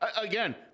again